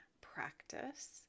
practice